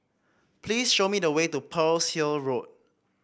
please show me the way to Pearl's Hill Road